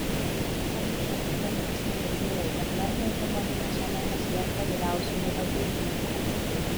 argi šiomis dienomis negirdėjau kad merfio automobilių salonas ieško vyriausiojo vadybininko